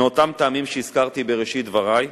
מאותם טעמים שהזכרתי בראשית דברי,